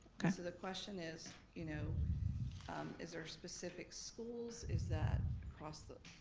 kind of the question is you know is there specific schools, is that across the,